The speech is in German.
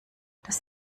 das